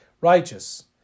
righteous